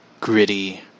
gritty